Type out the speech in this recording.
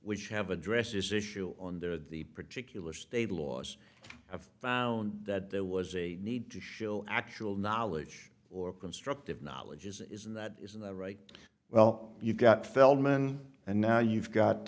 which have addressed this issue on there the particular state laws have found that there was a need to shill actual knowledge or constructive knowledge isn't that isn't the right well you've got feldman and now you've got